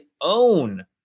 own